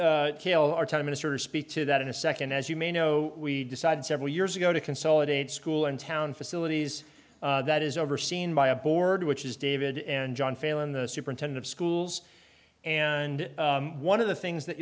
kill our time mr speak to that in a second as you may know we decided several years ago to consolidate school in town facilities that is overseen by a board which is david and john failing the superintendent of schools and one of the things that